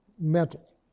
mental